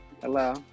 Hello